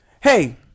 Hey